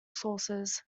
sources